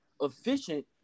efficient